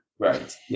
Right